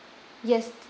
yes